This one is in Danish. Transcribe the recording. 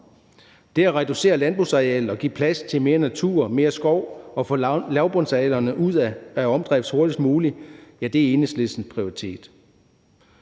Det at reducere landbrugsarealet og at give plads til mere natur og mere skov og få lavbundsarealerne ud af omdrift hurtigst muligt er Enhedslistens prioritet.